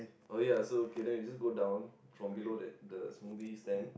oh ya so okay then I just go down from below that the movie stand